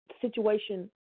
situation